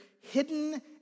hidden